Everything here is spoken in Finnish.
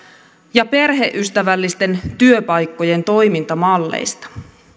ja perheystävällisten työpaikkojen toimintamalleista